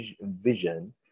vision